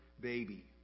baby